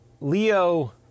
Leo